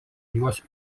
juos